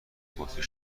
بطری